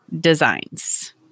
designs